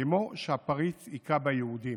כמו שהפריץ הכה ביהודים.